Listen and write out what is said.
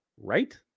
Right